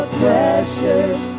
precious